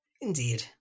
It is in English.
Indeed